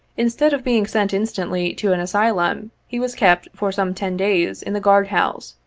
in stead of being sent instantly to an asylum, he was kept, for some ten days, in the guard-house,